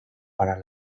para